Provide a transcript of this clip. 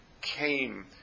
came